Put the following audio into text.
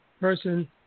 person